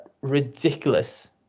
ridiculous